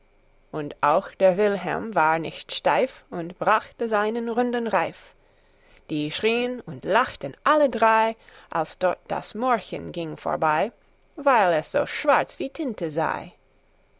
und auch der wilhelm war nicht steif und brachte seinen runden reif die schrien und lachten alle drei als dort das mohrchen ging vorbei weil es so schwarz wie tinte sei